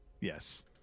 Yes